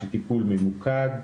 של טיפול ממוקד,